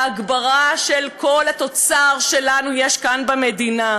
להגברה של כל התוצר שיש לנו במדינה.